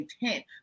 intent